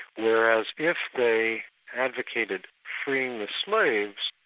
whereas if they advocated freeing the slaves,